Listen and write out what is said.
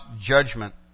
judgment